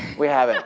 we haven't.